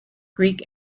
greek